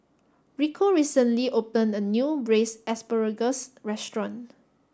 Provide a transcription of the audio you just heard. Rico recently opened a new braised asparagus restaurant